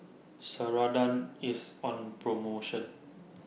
Ceradan IS on promotion